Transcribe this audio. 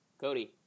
Cody